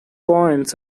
points